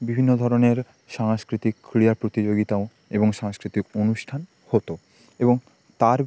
বিভিন্ন ধরনের সাংস্কৃতিক ক্রীড়া প্রতিযোগিতাও এবং সাংস্কৃতিক অনুষ্ঠান হতো এবং তার